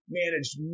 managed